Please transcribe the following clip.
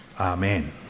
Amen